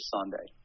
Sunday